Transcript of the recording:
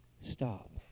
Stop